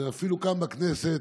ואפילו כאן בכנסת,